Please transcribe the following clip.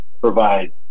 provide